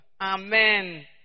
Amen